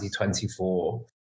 2024